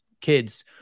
kids